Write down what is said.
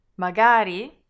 Magari